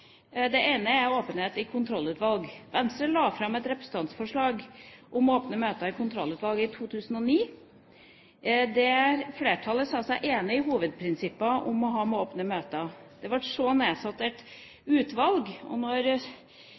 Det ene gjelder åpenhet i kontrollutvalg. Venstre la fram et representantforslag om åpne møter i kontrollutvalget i 2009. Flertallet sa seg enig i hovedprinsippene om å ha åpne møter. Det ble så nedsatt et utvalg.